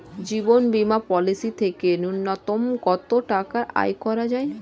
জীবন বীমা পলিসি থেকে ন্যূনতম কত টাকা আয় করা যায়?